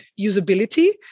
usability